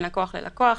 בין לקוח ללקוח,